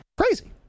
Crazy